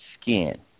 Skin